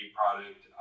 product